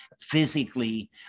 physically